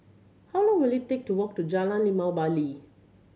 how long will it take to walk to Jalan Limau Bali